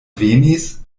venis